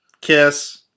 kiss